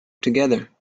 together